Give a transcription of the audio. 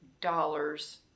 dollars